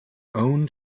owned